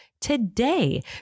today